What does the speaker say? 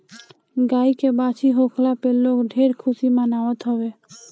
गाई के बाछी होखला पे लोग ढेर खुशी मनावत हवे